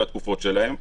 על התקופות שלהם,